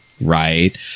right